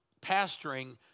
pastoring